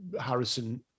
harrison